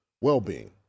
well-being